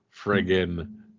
friggin